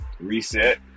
Reset